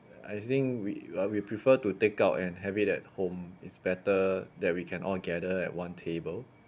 I think we uh we prefer to take out and have it at home it's better that we can all gather at one table